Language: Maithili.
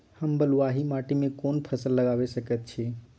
हम बलुआही माटी में कोन फसल लगाबै सकेत छी?